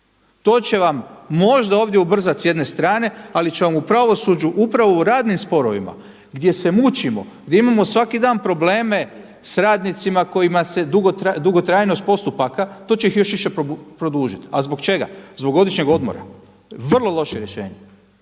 To će vam možda ovdje ubrzati s jedne strane, ali će vam u pravosuđu upravo u radnim sporovima gdje se mučimo, gdje imamo svaki dan probleme s radnicima kojima je dugotrajnost postupaka, to će ih još više produžiti. A zbog čega? Zbog godišnje odmora. Vrlo loše rješenje.